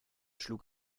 schlug